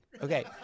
Okay